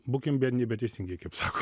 būkim biedni bet teisingi kaip sako